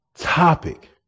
Topic